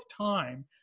time